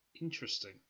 interesting